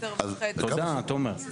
תודה, תומר.